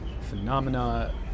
phenomena